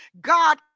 god